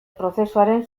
prozesuaren